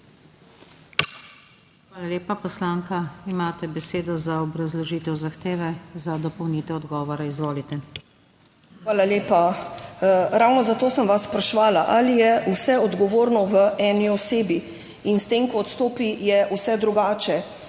Hvala lepa. Poslanka, imate besedo za obrazložitev zahteve za dopolnitev odgovora. Izvolite. **IVA DIMIC (PS NSi):** Hvala lepa. Ravno zato sem vas spraševala, ali je vsa odgovornost na eni osebi in s tem, ko odstopi, je vse drugače.